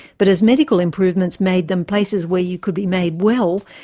but as medical improvements made them places where you could be made well,